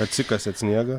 atsikasėt sniegą